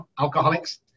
alcoholics